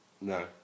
no